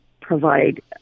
provide